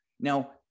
Now